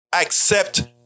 accept